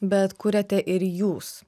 bet kuriate ir jūs